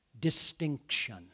distinction